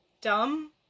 dumb